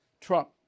Trump